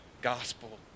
gospel